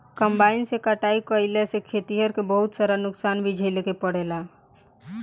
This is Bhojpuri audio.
कंबाइन से कटाई कईला से खेतिहर के बहुत सारा नुकसान भी झेले के पड़ेला